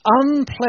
unpleasant